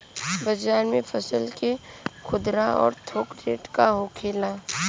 बाजार में फसल के खुदरा और थोक रेट का होखेला?